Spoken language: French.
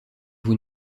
vous